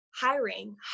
Hiring